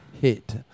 hit